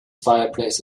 fireplace